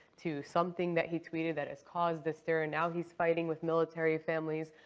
to something that he tweeted that has caused a stir, and now he's fighting with military families,